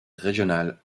régional